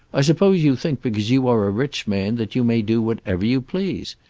i suppose you think because you are a rich man that you may do whatever you please.